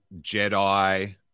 Jedi